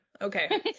Okay